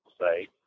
say